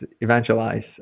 evangelize